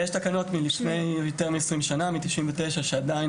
יש תקנות מ-1999 שעדיין